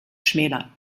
schmälern